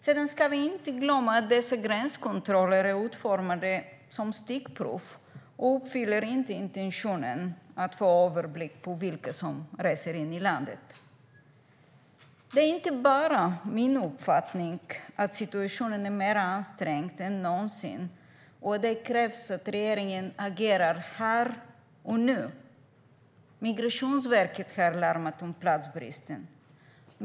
Vi ska heller inte glömma att dessa gränskontroller är utformade som stickprov och inte uppfyller intentionen att få överblick över vilka som reser in i landet. Det är inte bara min uppfattning att situationen är mer ansträngd än någonsin. Det krävs att regeringen agerar här och nu! Migrationsverket har larmat om platsbristen.